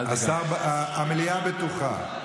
המליאה בטוחה.